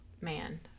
man